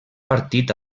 partit